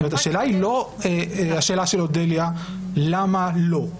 זאת אומרת, השאלה היא לא השאלה של אודליה, למה לא?